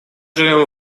живем